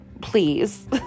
please